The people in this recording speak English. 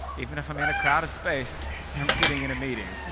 even if i'm in a crowded space or i'm sitting in a meeting.